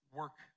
work